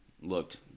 looked